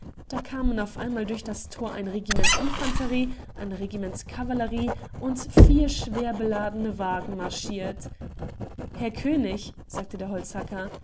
da kamen auf einmal durch das thor ein regiment infanterie ein regiment cavallerie und vier schwerbeladene wagen marschirt herr könig sagte der holzhacker